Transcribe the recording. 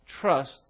Trust